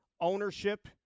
ownership